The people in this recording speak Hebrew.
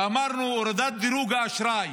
ואמרנו: הורדת דירוג האשראי